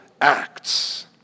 acts